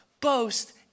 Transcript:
boast